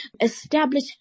establish